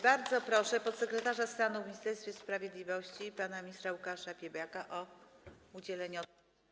Bardzo proszę podsekretarza stanu w Ministerstwie Sprawiedliwości pana ministra Łukasza Piebiaka o udzielenie odpowiedzi.